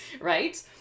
right